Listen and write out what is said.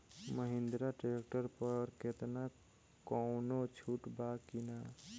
Mahindra tractor पर केतना कौनो छूट बा कि ना?